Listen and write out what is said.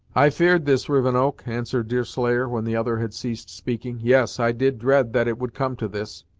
i fear'd this, rivenoak, answered deerslayer, when the other had ceased speaking yes, i did dread that it would come to this.